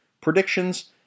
predictions